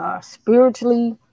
spiritually